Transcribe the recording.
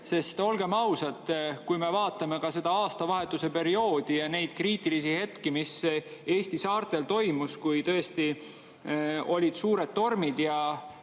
Olgem ausad, kui me vaatame seda aastavahetuse perioodi ja neid kriitilisi hetki, mis Eesti saartel toimus, kui olid suured tormid ja